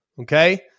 okay